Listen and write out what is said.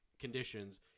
conditions